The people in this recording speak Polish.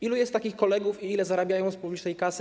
Ilu jest takich kolegów i ile zarabiają z publicznej kasy?